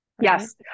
yes